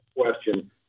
question